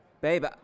Babe